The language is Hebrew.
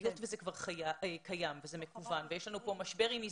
היות שזה כבר קיים וזה מקוון ויש לנו פה משבר עם הזדמנות,